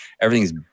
everything's